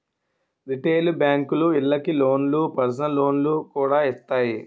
retail బేంకులు ఇళ్ళకి లోన్లు, పర్సనల్ లోన్లు కూడా ఇత్తాయి